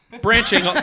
branching